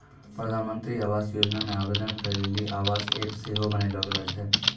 प्रधानमन्त्री आवास योजना मे आवेदन करै लेली आवास ऐप सेहो बनैलो गेलो छै